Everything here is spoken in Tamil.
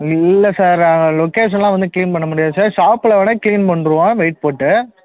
இல்லை சார் நாங்கள் லொக்கேஷன்லெல்லாம் வந்து க்ளீன் பண்ணமுடியாது சார் ஷாப்பில் வேணால் க்ளீன் பண்ணிட்ருவோம் வெயிட் போட்டு